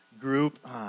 group